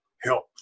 help